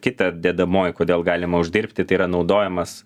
kita dedamoji kodėl galima uždirbti tai yra naudojamas